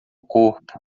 corpo